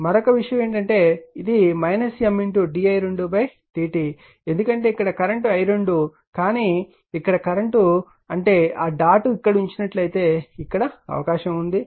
మరొక విషయం ఏమిటంటే ఇది M di2dt ఎందుకంటే ఇక్కడ కరెంట్ i2 కానీ ఇక్కడ కరెంట్ అంటే ఆ డాట్ ఇక్కడ ఉంచినట్లయితే ఇక్కడ అవకాశం ఉంది